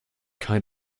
kind